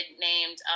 named